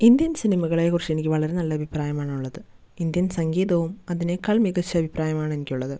Indian സിനിമകളെ കുറിച്ചേനിക്ക് വളരെ നല്ലൊരു അഭിപ്രായമാണ് ഉള്ളത് ഇന്ത്യൻ സംഗീതവും അതിനേക്കാൾ മികച്ചഭിപ്രായമാണ് എനിക്കുള്ളത്